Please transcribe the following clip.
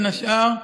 בין השאר,